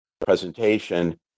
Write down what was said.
presentation